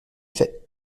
fait